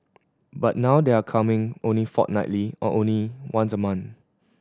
but now they're coming only fortnightly or only once a month